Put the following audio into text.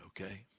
okay